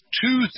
two